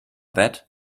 that